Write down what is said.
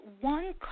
one